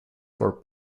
for